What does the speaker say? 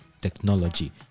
technology